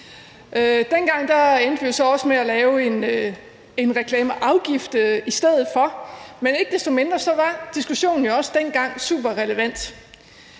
Dengang endte vi også med at lave en reklameafgift i stedet for, men ikke desto mindre var diskussionen også dengang superrelevant.